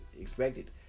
expected